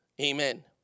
Amen